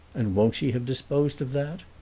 and won't she have disposed of that?